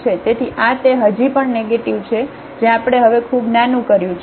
તેથી આ તે હજી પણ નેગેટીવ છે જે આપણે હવે ખૂબ નાનું કર્યું છે